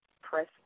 Press